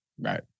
Right